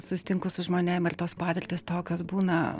sustinku su žmonėm ir tos patirtys tokios būna